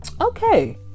okay